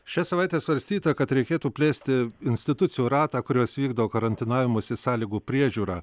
šią savaitę svarstyta kad reikėtų plėsti institucijų ratą kurios vykdo karantinavimosi sąlygų priežiūrą